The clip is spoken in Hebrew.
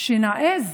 שנעז